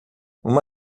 uma